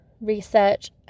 research